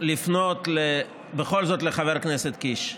לפנות בכל זאת לחבר הכנסת קיש.